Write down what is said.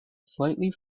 slightly